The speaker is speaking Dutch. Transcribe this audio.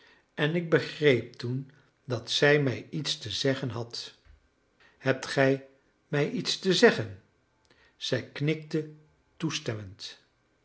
en ik begreep toen dat zij mij iets te zeggen had hebt gij mij iets te zeggen zij knikte toestemmend